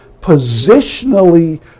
positionally